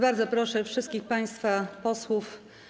Bardzo proszę wszystkich państwa posłów.